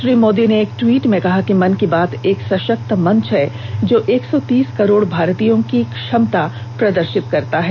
श्री मोदी ने एक टवीट में कहा कि मन की बात एक सशक्त मंच है जो एक सौ तीस करोड भारतीयों की क्षमता प्रदर्शित करता है